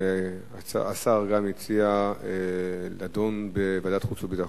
השר הציע לדון בוועדת חוץ וביטחון.